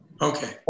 Okay